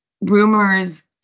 rumors